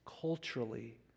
culturally